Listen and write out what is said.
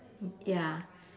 ya